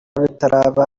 bitaraba